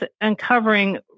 uncovering